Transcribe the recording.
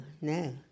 no